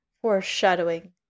Foreshadowing